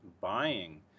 buying